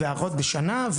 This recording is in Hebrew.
בשנה,